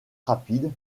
rapide